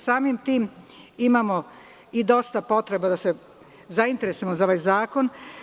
Samim tim imamo i dosta potreba da se zainteresujemo za ovaj zakon.